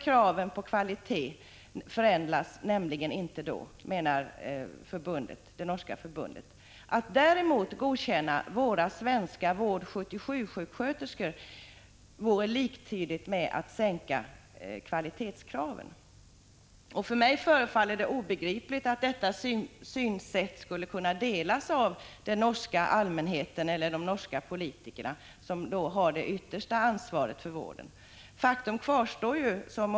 1985/86:148 de kraven på kvalitet förändras inte då, menar det norska förbundet. Att 22 maj 1986 däremot godkänna våra svenska Vård 77-sjuksköterskor vore liktydigt med Om den i läraratt sänka kvalitetskraven. För mig förefaller det obegripligt att detta synsätt Åren ä a utbildningen inskulle kunna delas av den norska allmänheten eller av de norska politikerna, i a a gående undervissom har det yttersta ansvaret för vården. Faktum kvarstår, som utbildnings .